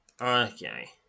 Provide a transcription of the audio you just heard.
Okay